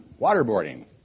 waterboarding